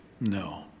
No